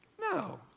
No